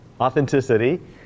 Authenticity